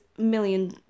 million